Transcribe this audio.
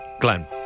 Glenn